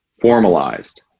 formalized